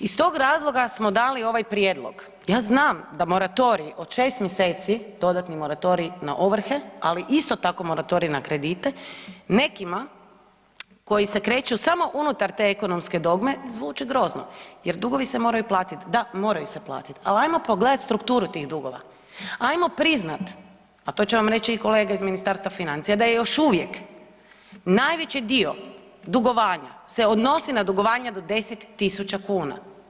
Iz tog razloga smo dali ovaj prijedlog, ja znam da moratorij od 6. mjeseci, dodatni moratorij na ovrhe, ali isto tako moratorij na kredite nekima koji se kreću samo unutar te ekonomske dogme zvuče grozno jer dugovi se moraju platit, da moraju se platit, al ajmo pogledat strukturu tih dugova, ajmo priznat, a to će vam reći i kolege iz Ministarstva financija da je još uvijek najveći dio dugovanja se odnosi na dugovanje do 10.000 kuna.